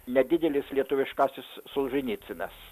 nedidelis lietuviškasis solženicynas